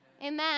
Amen